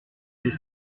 c’est